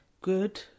good